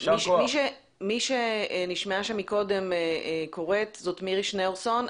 מי שנשמעה שם קודם קוראת זאת מירי שניאורסון.